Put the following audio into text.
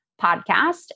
podcast